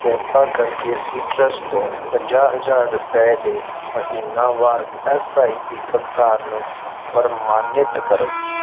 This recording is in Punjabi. ਕਿਰਪਾ ਕਰਕੇ ਸੀਟਰਸ ਤੋਂ ਪੰਜਾਹ ਹਜ਼ਾਰ ਰੁਪਏ ਦੇ ਮਹੀਨਾਵਾਰ ਐਸ ਆਈ ਪੀ ਭੁਗਤਾਨ ਨੂੰ ਪ੍ਰਮਾਣਿਤ ਕਰੋ